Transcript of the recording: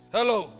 Hello